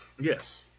Yes